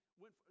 went